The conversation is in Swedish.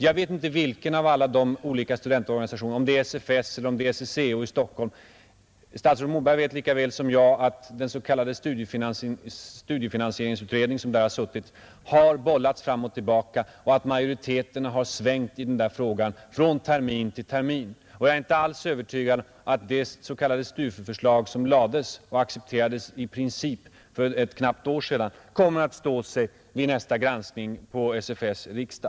Jag vet inte vilken av alla de olika studentorganisationerna det är — om det är SFS eller SSCO. Statsrådet Moberg vet lika väl som jag att den s.k. studiefinansieringsutredningen har bollats fram och tillbaka och att majoriteterna har svängt i den där frågan från termin till termin. Och jag är inte alls övertygad om att det s.k. Stufu-förslaget som lades fram och accepterades i princip för ett knappt år sedan kommer att stå sig vid nästa granskning på SFS:s riksdag.